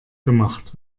gemacht